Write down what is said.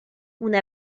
una